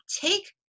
take